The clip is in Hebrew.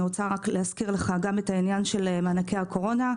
אני רוצה להזכיר לך גם את עניין מענקי הקורונה.